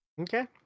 Okay